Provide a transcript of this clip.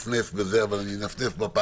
אוהבת את הדימוי הזה.